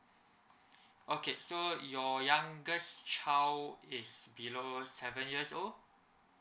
okay so your youngest child is below seven years old